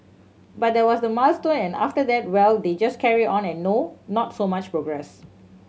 but that was the milestone and after that well they just carry on and no not so much progress